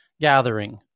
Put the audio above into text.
gathering